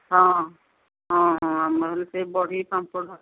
ହଁ ହଁ ହଁ ଆମର ହେଲେ ସେ ବଡ଼ି ପାମ୍ପଡ଼